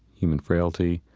human frailty,